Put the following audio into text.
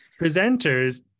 presenters